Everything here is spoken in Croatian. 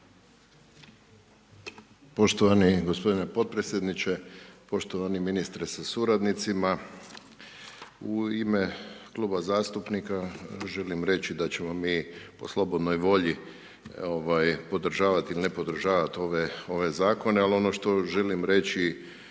Poštovani gospodine potpredsjedniče, poštovani ministre sa suradnicima. U ime Kluba zastupnika, želim reći da ćemo mi po slobodnoj volji, podržavati ili ne podržavati ove zakone, ali ono što želim reći,